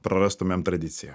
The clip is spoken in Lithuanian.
prarastumėm tradiciją